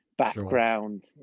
background